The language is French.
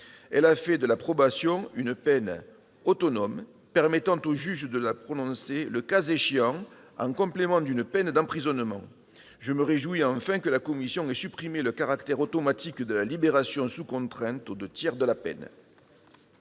Elle a fait de la probation une peine autonome, permettant au juge de la prononcer le cas échéant en complément d'une peine d'emprisonnement. Je me réjouis enfin que la commission ait supprimé le caractère automatique de la libération sous contrainte aux deux tiers de la peine.